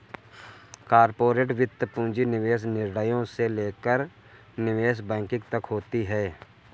corporate वित्त पूंजी निवेश निर्णयों से लेकर निवेश बैंकिंग तक होती हैं